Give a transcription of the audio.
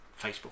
Facebook